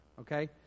okay